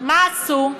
מה עשו?